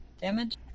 damage